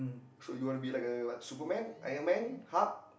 so you want to be like a what superman Iron-Man hulk